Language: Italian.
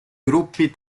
gruppi